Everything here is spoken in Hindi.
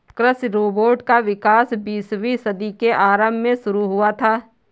कृषि रोबोट का विकास बीसवीं सदी के आरंभ में शुरू हुआ था